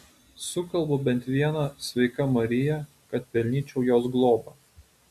sukalbu bent vieną sveika marija kad pelnyčiau jos globą